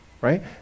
right